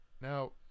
Now